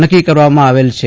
નકકી કરવામાં આવેલ છે